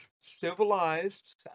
civilized